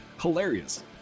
Hilarious